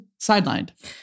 sidelined